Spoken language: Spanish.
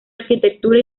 arquitectura